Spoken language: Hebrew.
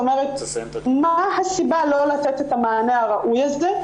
מה הסיבה לא לתת את המענה הראוי הזה,